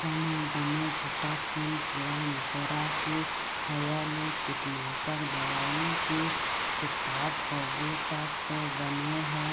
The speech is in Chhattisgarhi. कहूँ बने झटकुन कीरा मकोरा के होय ले कीटनासक दवई के छिड़काव होगे तब तो बने हे